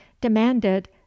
demanded